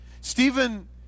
Stephen